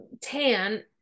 tan